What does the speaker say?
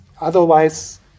Otherwise